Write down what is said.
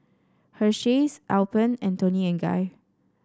Hersheys Alpen and Toni and Guy